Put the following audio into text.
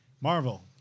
Marvel